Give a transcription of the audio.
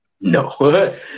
No